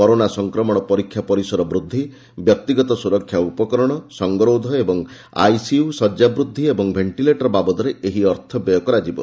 corona ସଂକ୍ରମଣ ପରୀକ୍ଷା ପରିସର ବୃଦ୍ଧି ବ୍ୟକ୍ତିଗତ ସୁରକ୍ଷା ଉପକରଣ ସଙ୍ଗରୋଧ ଏବଂ ଆଇସିୟୁ ଶଯ୍ୟା ବୃଦ୍ଧି ଓ ଭେଷ୍ଟିଲେଟର ବାବଦରେ ଏହି ଅର୍ଥ ବ୍ୟୟ ହେବ